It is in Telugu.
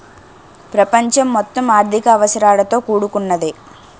ప్రపంచం మొత్తం ఆర్థిక అవసరాలతో కూడుకున్నదే